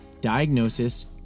diagnosis